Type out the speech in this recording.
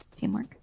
Teamwork